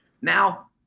Now